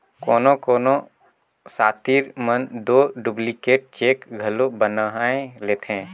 कोनो कोनो सातिर मन दो डुप्लीकेट चेक घलो बनाए लेथें